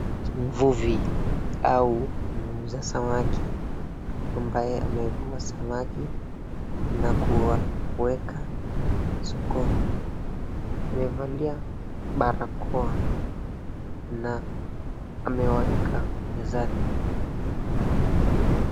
Mvuvi au muuza samaki ambaye amevua samaki na kuwaweka sokoni. Amevalia barakoa na amewaeka mezani.